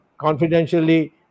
confidentially